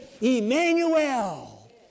Emmanuel